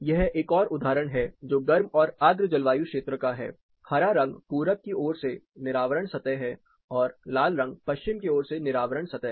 यह एक और उदाहरण है जो गर्म और आर्द्र जलवायु क्षेत्र का है हरा रंग पूरब की ओर से निरावरण सतह है और लाल रंग पश्चिम की ओर से निरावरण सतह है